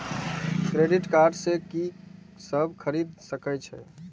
Credit card से की सब खरीद सकें छी?